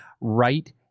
right